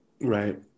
Right